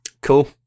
Cool